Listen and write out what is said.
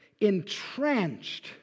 entrenched